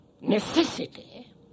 necessity